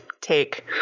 take